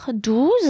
douze